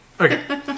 Okay